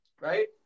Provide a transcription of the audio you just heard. right